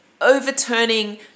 overturning